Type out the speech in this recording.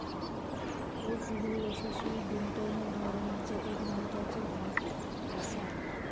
hedge ह्यो यशस्वी गुंतवणूक धोरणाचो एक महत्त्वाचो भाग आसा